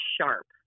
sharp